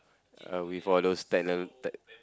uh with all those techno~ tech